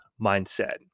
mindset